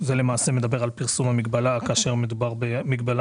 זה מדבר על פרסום המגבלה כאשר מדובר במגבלה